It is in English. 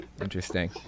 interesting